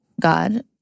God